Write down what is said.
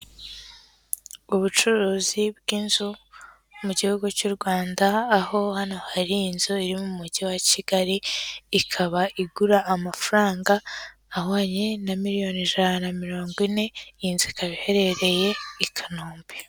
Ubucuruzi bw'inzu mu gihugu cy'u Rwanda, aho hano hari inzu iri mu mujyi wa Kigali, ikaba igura amafaranga ahwanye na miliyoni ijana na mirongo ine, iyi nzu ikaba iherereye i Kanombe.